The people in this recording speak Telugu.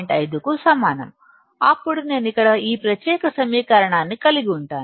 5 కు సమానం అప్పుడు నేను ఇక్కడ ఈ ప్రత్యేక సమీకరణాన్ని కలిగి ఉంటాను